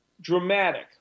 dramatic